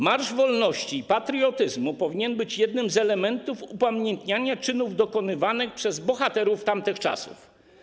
Marsz wolności i patriotyzmu powinien być jednym z elementów upamiętniania czynów dokonywanych przez bohaterów tamtych czasów.